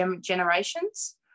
generations